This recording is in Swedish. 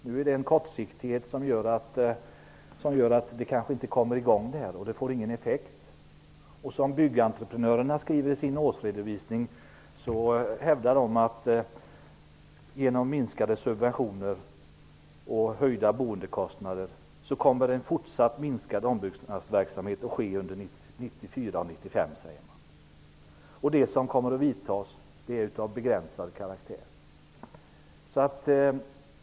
Nu finns det en kortsiktighet i detta som gör att det kanske inte kommer i gång. Det får ingen effekt. Byggentreprenörerna hävdar i sin årsredovisning att ombyggnadsverksamheten kommer att fortsätta att minska under 1994 och 1995 på grund av minskade subventioner och höjda boendekostnader. Det kommer endast att vidtas åtgärder av begränsad karaktär.